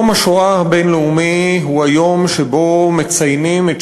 יום השואה הבין-לאומי הוא היום שבו מציינים את